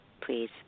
Please